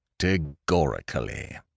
Categorically